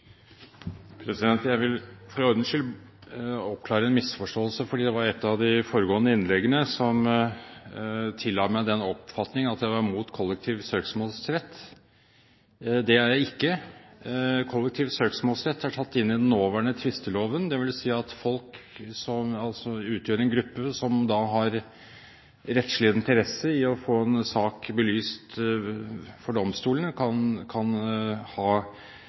Jeg vil for ordens skyld oppklare en misforståelse. I et av de foregående innleggene ble jeg tillagt den oppfatning at jeg var mot kollektiv søksmålsrett. Det er jeg ikke. Kollektiv søksmålsrett er tatt inn i den nåværende tvisteloven. Det vil si at folk som utgjør en gruppe som har rettslig interesse i å få en sak belyst for domstolene, kan